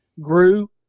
grew